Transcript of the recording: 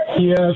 Yes